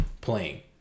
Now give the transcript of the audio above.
playing